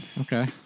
Okay